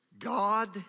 God